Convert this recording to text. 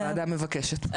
הוועדה מבקשת.